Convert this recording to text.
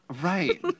Right